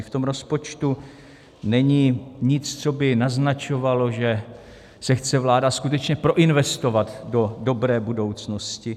V tom rozpočtu není nic, co by naznačovalo, že se chce vláda skutečně proinvestovat do dobré budoucnosti.